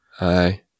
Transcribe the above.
Aye